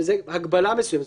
שזה הגבלה מסוימת.